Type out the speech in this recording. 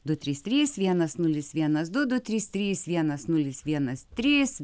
du trys trys vienas nulis vienas du du trys trys vienas nulis vienas trys